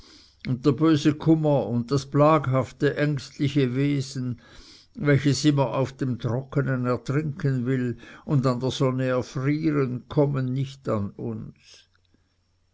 der böse kummer und das plaghafte ängstliche wesen welches immer auf dem trocknen ertrinken will und an der sonne erfrieren kommen nicht an uns